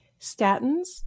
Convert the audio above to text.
Statins